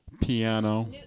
piano